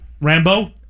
Rambo